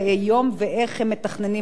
ואיך הם מתכננים לעמוד בזה.